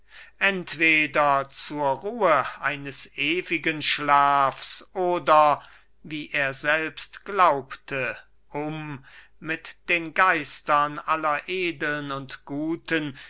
entweder zur ruhe eines ewigen schlafs oder wie er selbst glaubte um mit den geistern aller edeln und guten